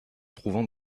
trouvant